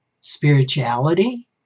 spirituality